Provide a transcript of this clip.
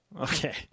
Okay